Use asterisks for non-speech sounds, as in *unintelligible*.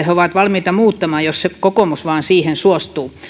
*unintelligible* he ovat valmiita muuttamaan jos kokoomus vain siihen suostuu